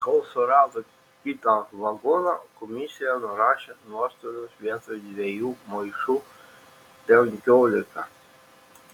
kol surado kitą vagoną komisija nurašė nuostolius vietoj dviejų maišų penkiolika